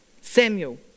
Samuel